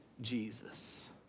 Jesus